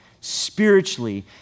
spiritually